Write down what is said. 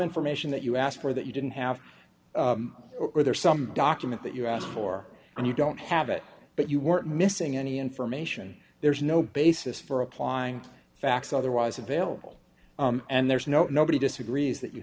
information that you asked for that you didn't have or there's some document that you asked for and you don't have it but you weren't missing any information there is no basis for applying facts otherwise available and there's no nobody disagrees that you